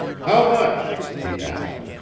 how much? he asked.